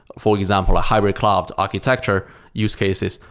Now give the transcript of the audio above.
for example, a hybrid cloud architecture use cases,